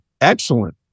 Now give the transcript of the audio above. Excellent